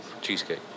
Cheesecake